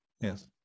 Yes